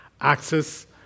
access